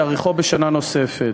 יאריכו בשנה נוספת.